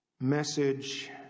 message